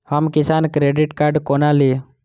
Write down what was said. हम किसान credit card कोना ली?